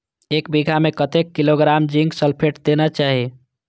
एक बिघा में कतेक किलोग्राम जिंक सल्फेट देना चाही?